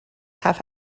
half